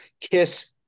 Kiss